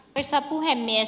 arvoisa puhemies